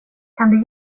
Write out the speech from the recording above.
kan